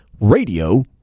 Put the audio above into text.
Radio